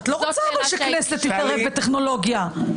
זאת שאלה שהייתי שואלת.